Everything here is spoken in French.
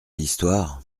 l’histoire